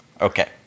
Okay